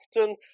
often